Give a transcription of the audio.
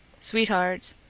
sweetheart,